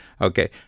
Okay